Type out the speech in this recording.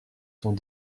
sont